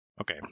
Okay